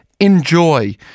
Enjoy